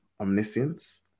omniscience